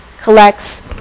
collects